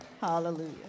hallelujah